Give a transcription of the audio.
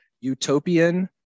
utopian